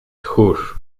tchórz